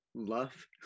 love